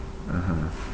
(uh huh)